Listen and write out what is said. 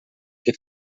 que